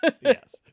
yes